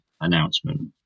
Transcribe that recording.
announcement